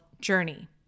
journey